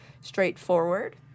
straightforward